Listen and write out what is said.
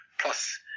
Plus